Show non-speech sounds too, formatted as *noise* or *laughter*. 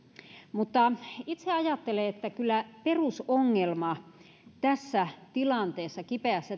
mutta itse ajattelen että kyllä perusongelma tässä kipeässä *unintelligible*